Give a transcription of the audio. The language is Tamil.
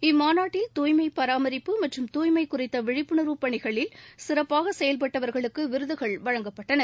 இம்மாநாட்டில் தூய்மை பாராமரிப்பு மற்றும் தூய்மை குறித்த விழிப்புணர்வு பணிகளில் சிறப்பாக செயல்பட்டவர்களுக்கு விருதுகள் வழங்கப்பட்டன